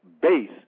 base